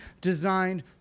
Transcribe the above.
designed